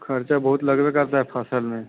खर्चा बहुत लगबे करता है फ़सल में